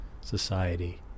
society